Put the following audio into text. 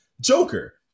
Joker